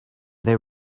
they